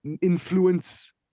influence